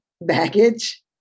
baggage